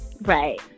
Right